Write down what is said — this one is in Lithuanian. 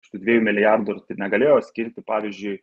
iš tų dviejų milijardų negalėjo skirti pavyzdžiui